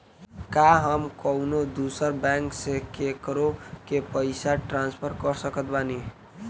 का हम कउनों दूसर बैंक से केकरों के पइसा ट्रांसफर कर सकत बानी?